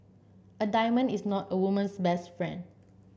a diamond is not a woman's best friend